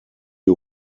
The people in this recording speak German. die